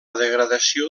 degradació